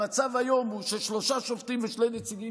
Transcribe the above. המצב היום הוא ששלושה שופטים ושני נציגים